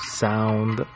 sound